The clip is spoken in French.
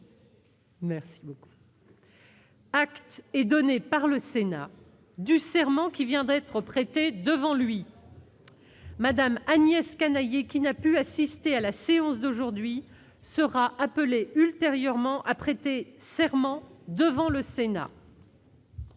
Acte est donné par le Sénat du serment qui vient d'être prêté devant lui. Mme Agnès Canayer, qui n'a pu assister à la séance d'aujourd'hui, sera appelée ultérieurement à prêter serment devant le Sénat.